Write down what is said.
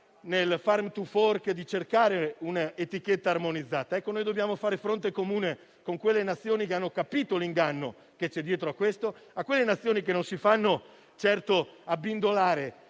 del *farm to fork,* di cercare un'etichetta armonizzata. Dobbiamo fare fronte comune con quelle Nazioni che hanno capito l'inganno che c'è dietro, a quelle Nazioni che non si fanno certo abbindolare